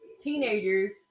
teenagers